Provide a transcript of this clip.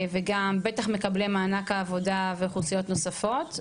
וגם בטח מקבלי מענק העבודה ואוכלוסיות נוספות,